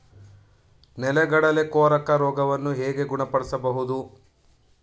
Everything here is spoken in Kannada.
ನೆಲಗಡಲೆ ಕೊರಕ ರೋಗವನ್ನು ಹೇಗೆ ಗುಣಪಡಿಸಬಹುದು?